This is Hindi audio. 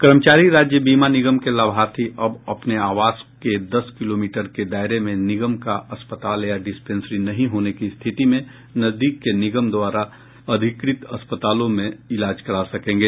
कर्मचारी राज्य बीमा निगम के लाभार्थी अब अपने आवास के दस किलोमीटर के दायरे में निगम का अस्पताल या डिस्पेंसरी नहीं होने की स्थिति में नजदीक के निगम द्वारा अधिकृत अस्पतालों में इलाज करा सकेंगे